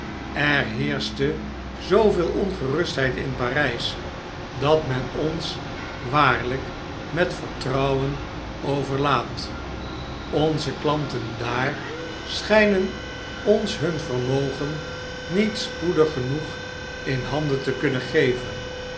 er heerschte zooveel ongerustheid in p a r y s dat men ons waarljjk met vertrouwen overlaadt onze klanten daar schjjnen ons hun vermogen niet spoedig genoeg in handen te kunnen geven